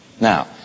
Now